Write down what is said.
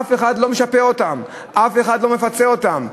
אף אחד לא משפה אותם, אף אחד לא מפצה אותם.